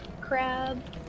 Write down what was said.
crab